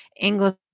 English